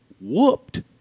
whooped